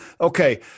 Okay